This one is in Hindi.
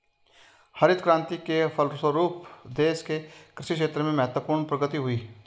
हरित क्रान्ति के फलस्व रूप देश के कृषि क्षेत्र में महत्वपूर्ण प्रगति हुई